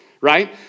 right